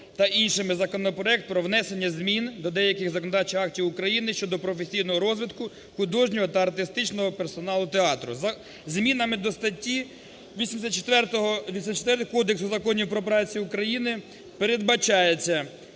та іншими законопроект про внесення змін до деяких законодавчих актів України щодо професійного розвитку, художнього та артистичного персоналу театру. Змінами до статті 84 Кодексу Законів про працю України передбачається,